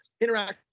interact